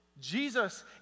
Jesus